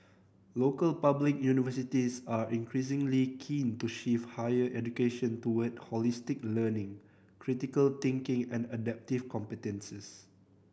local public universities are increasingly keen to shift higher education toward holistic learning critical thinking and adaptive competences